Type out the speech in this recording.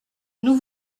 nous